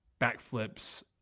backflips